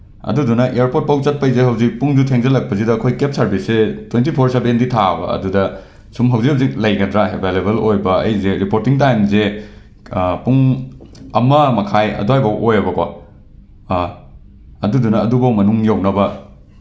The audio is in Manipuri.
ꯑꯗꯨꯗꯨꯅ ꯏꯌꯥꯔꯄꯣꯔꯠ ꯐꯥꯎ ꯆꯠꯄꯩꯁꯦ ꯍꯧꯖꯤꯛ ꯄꯨꯡꯁꯨ ꯊꯦꯡꯁꯤꯜꯂꯛꯄꯁꯤꯗ ꯑꯩꯈꯣꯏ ꯀꯦꯕ ꯁꯔꯚꯤꯁꯁꯦ ꯇ꯭ꯋꯦꯟꯇꯤ ꯐꯣꯔ ꯁꯕꯦꯟꯗꯤ ꯊꯥꯕ ꯑꯗꯨꯗ ꯁꯨꯝ ꯍꯧꯖꯤꯛ ꯍꯧꯖꯤꯛ ꯂꯩ ꯅꯠꯇ꯭ꯔꯥ ꯑꯦꯚꯥꯏꯂꯦꯕꯜ ꯑꯣꯏꯕ ꯑꯩꯁꯦ ꯔꯤꯄꯣꯔꯇꯤꯡ ꯇꯥꯏꯝꯁꯦ ꯄꯨꯡ ꯑꯃ ꯃꯈꯥꯏ ꯑꯗꯨꯋꯥꯏ ꯐꯥꯎ ꯑꯣꯏꯌꯦꯕꯀꯣ ꯑꯥ ꯑꯗꯨꯗꯨꯅ ꯑꯗꯨꯕꯨꯛ ꯃꯅꯨꯡ ꯌꯧꯅꯕ